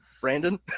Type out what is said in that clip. Brandon